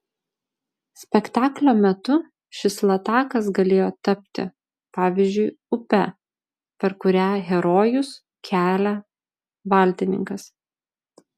spektaklio metu šis latakas galėjo tapti pavyzdžiui upe per kurią herojus kelia valtininkas